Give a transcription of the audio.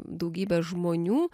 daugybė žmonių